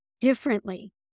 differently